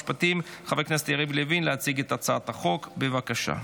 חוק ומשפט לצורך הכנתה לקריאה שנייה